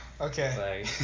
okay